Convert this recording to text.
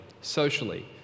socially